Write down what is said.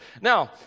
Now